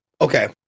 Okay